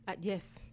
Yes